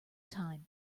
time